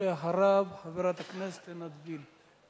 ואחריו חברת הכנסת עינת וילף.